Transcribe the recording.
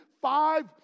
five